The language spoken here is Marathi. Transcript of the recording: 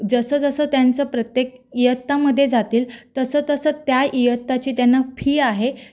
जसं जसं त्यांचं प्रत्येक इयत्तामध्ये जातील तसं तसं त्या इयत्ताची त्यांना फी आहे